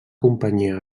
companyia